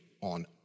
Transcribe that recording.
on